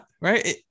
right